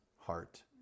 heart